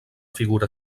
figura